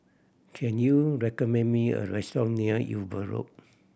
can you recommend me a restaurant near Eber Road